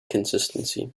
consistency